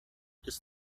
ist